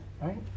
Right